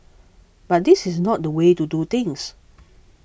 but this is not the way to do things